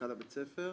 מנכ"ל בית הספר.